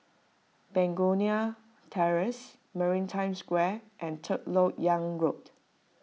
Begonia Terrace Maritime Square and Third Lok Yang Road